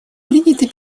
приняты